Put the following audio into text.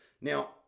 Now